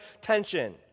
tension